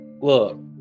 Look